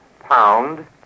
pound